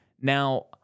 Now